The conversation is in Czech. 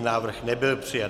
Návrh nebyl přijat.